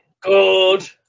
Good